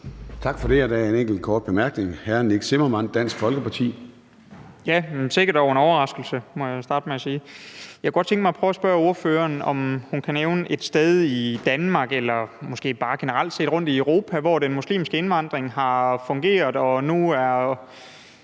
Dansk Folkeparti. Kl. 10:48 Nick Zimmermann (DF): Jamen sikke dog en overraskelse, må jeg vel starte med at sige. Jeg kunne godt tænke mig at prøve at spørge ordføreren, om hun kan nævne et sted i Danmark eller måske bare generelt rundtom i Europa, hvor den muslimske indvandring har fungeret og det